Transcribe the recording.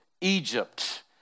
Egypt